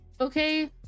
okay